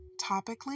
topically